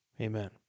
amen